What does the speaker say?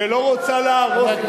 שלא רוצה להרוס את,